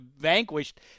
vanquished